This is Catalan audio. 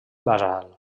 basal